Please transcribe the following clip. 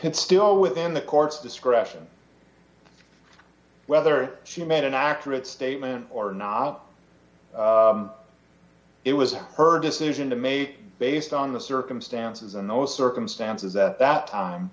and still within the court's discretion whether she made an accurate statement or not it was her decision to make based on the circumstances and those circumstances at that time